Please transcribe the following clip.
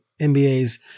NBA's